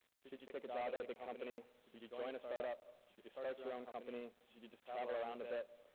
should should you take a job at a big company, should you join a start up, should you start your own company, should you just travel around a bit?